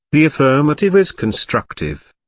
the affirmative is constructive.